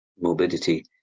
morbidity